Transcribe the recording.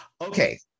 Okay